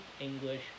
English